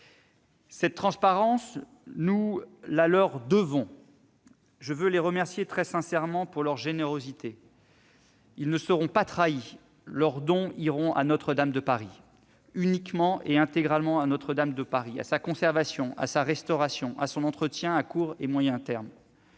Cette transparence, nous la leur devons. Je veux les remercier, très sincèrement, pour leur générosité. Ils ne seront pas trahis : leurs dons iront à Notre-Dame de Paris, uniquement et intégralement, à sa conservation, à sa restauration et à son entretien, à court et moyen terme.